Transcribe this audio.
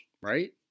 right